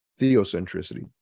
theocentricity